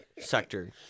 sector